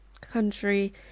country